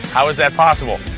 how is that possible?